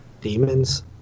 Demons